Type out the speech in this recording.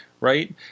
right